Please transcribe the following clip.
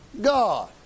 God